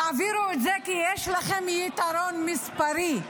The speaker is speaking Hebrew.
תעבירו את זה כי יש לכם יתרון מספרי.